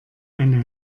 eine